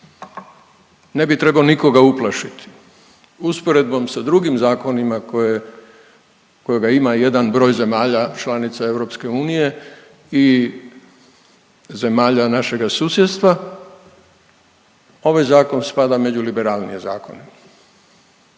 Ne bi trebao nikoga uplašiti. Usporedbom sa drugim zakonima koje, kojega ima jedan broj zemalja članica EU i zemalja našega susjedstva, ovaj zakon spada među liberalnije zakone.